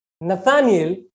Nathaniel